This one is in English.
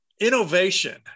innovation